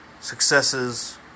successes